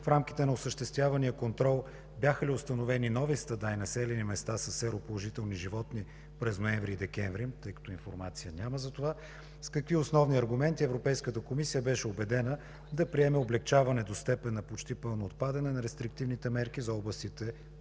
В рамките на осъществявания контрол бяха ли установени нови стада и населени места със сероположителни животни през месец ноември и месец декември, тъй като информация няма за това? С какви основни аргументи Европейската комисия беше убедена да приеме облекчаване до степен на почти пълно отпадане на рестриктивните мерки за областите